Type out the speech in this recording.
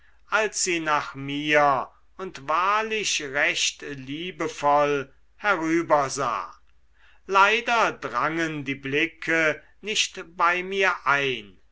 als sie nach mir und wahrlich recht liebevoll herübersah leider drangen die blicke nicht bei mir ein